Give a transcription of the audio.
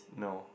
no